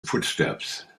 footsteps